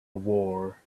war